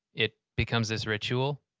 it becomes this ritual.